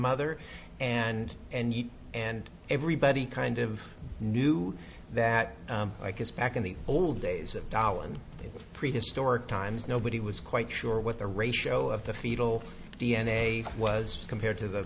mother and and eat and everybody kind of knew that i guess back in the old days of doll and prehistoric times nobody was quite sure what the ratio of the fetal d n a was compared to the